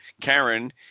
Karen